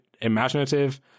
imaginative